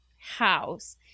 house